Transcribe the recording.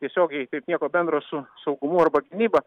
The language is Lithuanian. tiesiogiai taip nieko bendro su saugumu arba gynyba